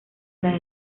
las